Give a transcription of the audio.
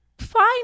fine